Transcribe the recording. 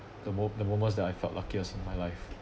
the mo~ the moments that I felt luckiest in my life